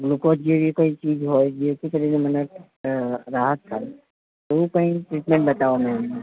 glucose જેવી કોઈ ચીજ હોય જેથી મને રાહત થાય એવી કોઈ ટ્રીટમેન્ટ બતાવો મેમ મને